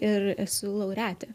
ir esu laureatė